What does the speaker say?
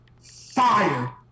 fire